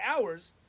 hours